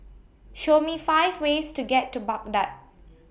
Show Me five ways to get to Baghdad